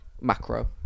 Macro